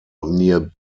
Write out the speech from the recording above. near